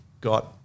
got